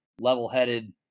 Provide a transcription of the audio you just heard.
level-headed